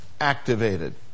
activated